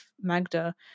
Magda